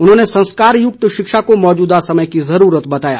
उन्होंने संस्कारयुक्त शिक्षा को मौजूदा समय की जरूरत बताया